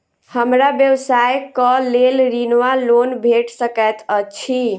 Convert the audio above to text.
हमरा व्यवसाय कऽ लेल ऋण वा लोन भेट सकैत अछि?